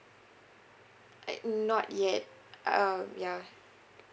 I not yet um yeah